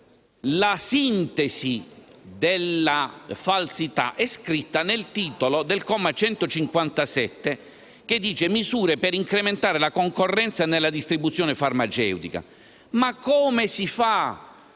la sintesi della falsità sia scritta nel titolo del comma 157, che reca misure per incrementare la concorrenza nella distribuzione farmaceutica. Ma come si fa